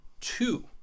two